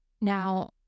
Now